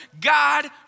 God